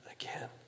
again